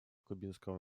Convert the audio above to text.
кубинского